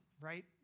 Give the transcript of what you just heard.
right